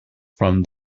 from